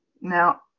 Now